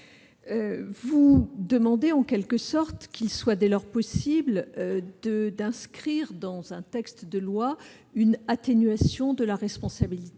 Vous demandez en quelque sorte qu'il soit dès lors possible d'inscrire dans un texte de loi une atténuation de la responsabilité